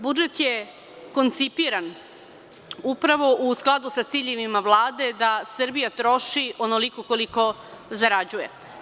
Budžet je koncipiran upravo u skladu sa ciljevima Vlade da Srbija troši onoliko koliko zarađuje.